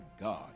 God